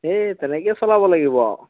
এই তেনেকৈ চলাব লাগিব আৰু